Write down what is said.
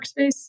workspace